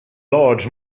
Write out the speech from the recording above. large